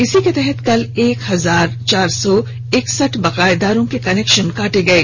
इसी के तहत कल एक हजार चार सौ इकसठ बकायेदारों के कनेक्शन काटे गये